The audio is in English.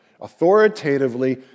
authoritatively